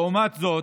לעומת זאת,